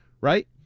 right